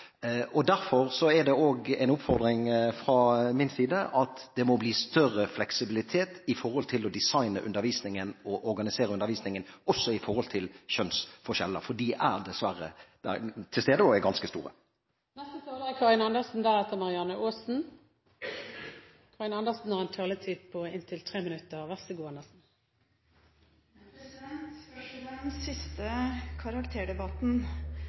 Derfor er det en oppfordring fra min side om at det må bli større fleksibilitet når det gjelder å designe og organisere undervisningen også i henhold til kjønnsforskjeller, for de er dessverre til stede, og er ganske store.